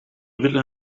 willen